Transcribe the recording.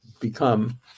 Become